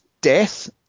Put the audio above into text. Death